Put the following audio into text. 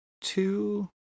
two